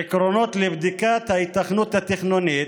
"עקרונות לבדיקת ההיתכנות התכנונית",